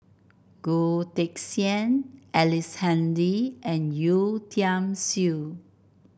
Goh Teck Sian Ellice Handy and Yeo Tiam Siew